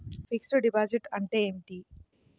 Fixed డిపాజిట్లు అంటే ఏమిటి?